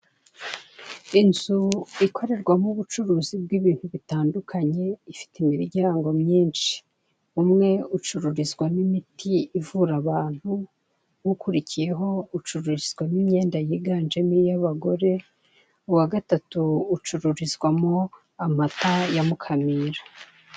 Inzu ikorerwamo ubucuruzi bw'ibintu bitandukanye ifite imiryango myinshi. Umwe ucururizwamo imiti ivura abantu, ukurikiyeho ucururizwamo imyenga yiganjemo iy'abagore, uwa gatatu ucururizwamo amata ya Mukamira.